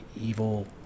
evil